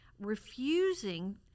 refusing